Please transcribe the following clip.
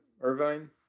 Irvine